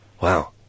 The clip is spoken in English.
Wow